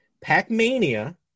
Pac-Mania